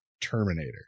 Terminator